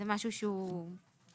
זה משהו שהוא בסמנטיקה.